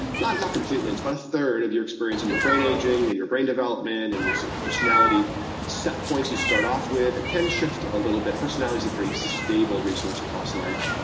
not not completely, and but a third of your experience. and your brain aging, and your brain development, and your sort of personality set points you start off with, it can shift a little bit. personalityis a pretty stable resource across life.